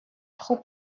trop